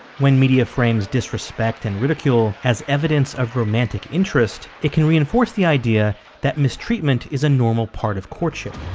when media frames disrespect and ridicule has evidence of romantic interest, it can reinforce the idea that mistreatment is a normal part of courtship